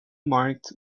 marked